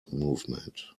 movement